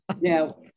Now